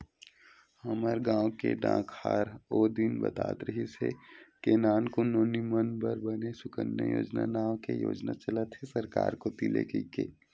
हमर गांव के डाकहार ओ दिन बतात रिहिस हे के नानकुन नोनी मन बर बने सुकन्या योजना नांव ले योजना चलत हे सरकार कोती ले कहिके